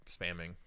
spamming